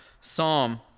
psalm